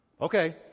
Okay